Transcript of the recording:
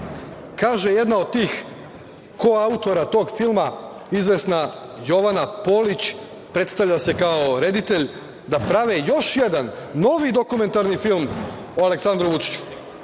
Kaže jedna od tih koautora tog filma, izvesna Jovana Polić, predstavlja se kao reditelj, da prave još jedan novi dokumentarni film o Aleksandru Vučiću.